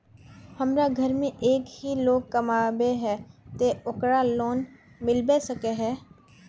हमरा घर में एक ही लोग कमाबै है ते ओकरा लोन मिलबे सके है?